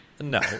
No